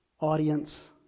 audience